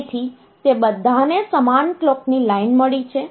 તેથી તે બધાને સમાન કલોકની લાઇન મળી છે